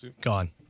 Gone